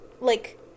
like-